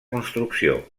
construcció